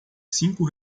cinco